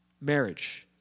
Marriage